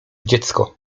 dziecko